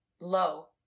low